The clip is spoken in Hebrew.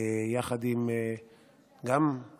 יחד עם השר